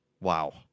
wow